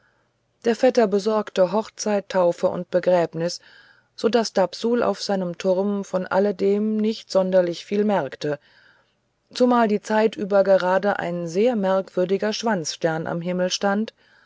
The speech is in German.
der vetter besorgte hochzeit taufe und begräbnis so daß dapsul auf seinem turm von allem dem nicht sonderlich viel merkte zumal die zeit über gerade ein sehr merkwürdiger schwanzstern am himmel stand